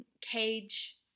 cage